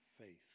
faith